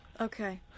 Okay